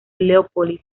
leópolis